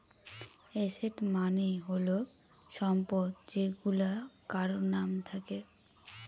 asset মানে হল সম্পদ যেইগুলা কারোর নাম থাকে